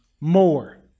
more